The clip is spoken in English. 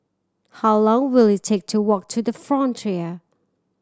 how long will it take to walk to The Frontier